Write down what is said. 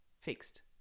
Fixed